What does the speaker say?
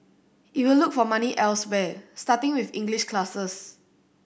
it will look for money elsewhere starting with English classes